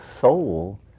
soul